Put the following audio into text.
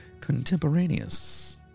contemporaneous